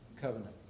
covenant